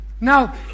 Now